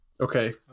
Okay